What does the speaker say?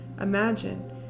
Imagine